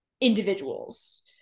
individuals